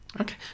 Okay